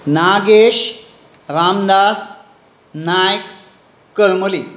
Nagesh Ramdas Naik Karmali